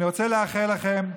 אני רוצה לאחל לכם,